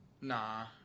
Nah